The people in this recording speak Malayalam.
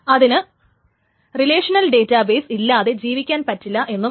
അതിന് റിലേഷണൽ ഡേറ്റാബേസ് ഇല്ലാതെ ജീവിക്കാൻ പറ്റില്ല എന്നും ഉണ്ട്